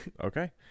Okay